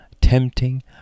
tempting